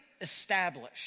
established